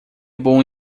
bom